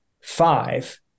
five